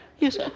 Yes